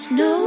no